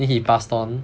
then he passed on